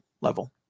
level